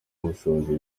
bushobozi